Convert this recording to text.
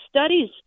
studies